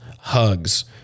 hugs